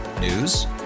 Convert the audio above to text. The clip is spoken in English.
News